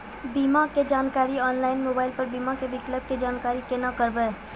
बीमा के जानकारी ऑनलाइन मोबाइल पर बीमा के विकल्प के जानकारी केना करभै?